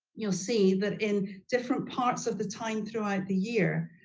you'll see that in different parts of the time throughout the year,